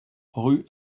rue